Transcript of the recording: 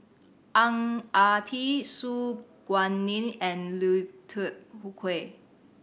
Ang Ah Tee Su Guaning and Lui Tuck